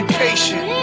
patient